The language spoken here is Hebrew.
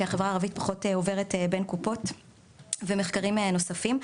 החברה הערבית פחות עוברת בין קופות ומחקרים נוספים,